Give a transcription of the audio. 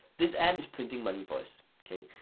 this ad is printing money for us, okay?